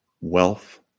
wealth